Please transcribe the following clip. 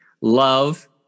love